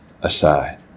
aside